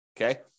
Okay